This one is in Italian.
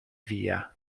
via